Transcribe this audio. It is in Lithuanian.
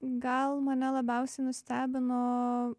gal mane labiausia nustebino